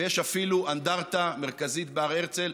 ויש אפילו אנדרטה מרכזית בהר הרצל.